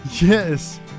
Yes